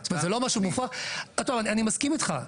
אני מסכים איתך.